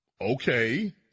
Okay